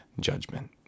judgment